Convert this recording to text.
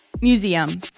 Museum